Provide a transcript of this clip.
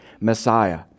Messiah